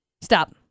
Stop